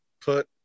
put